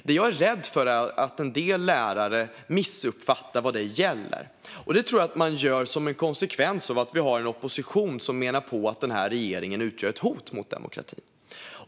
Det jag är rädd för är att en del lärare missuppfattar vad det gäller. Det tror jag att man gör som en konsekvens av att vi har en opposition som menar på att den här regeringen utgör ett hot mot demokratin.